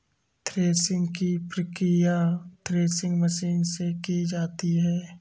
threshing की प्रकिया threshing machine से की जाती है